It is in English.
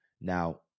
Now